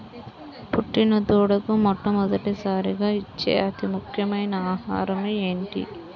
పుట్టిన దూడకు మొట్టమొదటిసారిగా ఇచ్చే అతి ముఖ్యమైన ఆహారము ఏంటి?